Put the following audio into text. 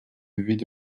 виде